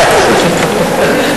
בקשה: תנמיך טיפה את הרמקול, אתה צועק.